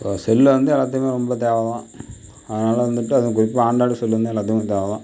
cell வந்து எல்லாத்துக்கும் ரொம்ப தேவைதான் அதனால வந்துட்டு அதுவும் குறிப்பாக ஆண்ட்ராய்டு செல்லுமே எல்லாத்துக்கும் தேவைதான்